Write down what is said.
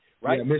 right